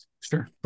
Sure